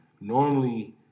Normally